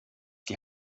die